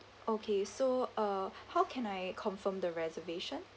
okay so uh how can I confirm the reservation